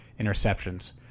interceptions